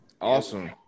Awesome